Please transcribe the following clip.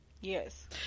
Yes